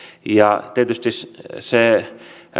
ja tietysti se